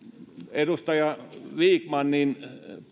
edustaja vikmanin